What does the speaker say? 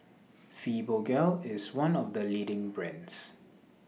Fibogel IS one of The leading brands